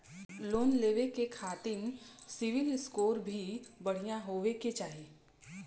Loan लेवे के खातिन सिविल स्कोर भी बढ़िया होवें के चाही?